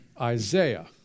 Isaiah